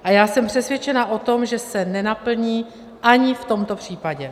A já jsem přesvědčena o tom, že se nenaplní ani v tomto případě.